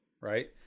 Right